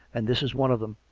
and this is one of them.